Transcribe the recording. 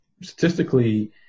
Statistically